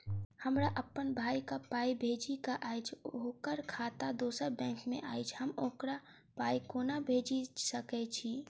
हमरा अप्पन भाई कऽ पाई भेजि कऽ अछि, ओकर खाता दोसर बैंक मे अछि, हम ओकरा पाई कोना भेजि सकय छी?